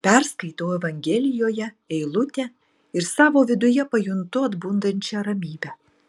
perskaitau evangelijoje eilutę ir savo viduje pajuntu atbundančią ramybę